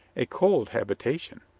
a cold habitation.